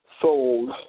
sold